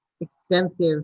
extensive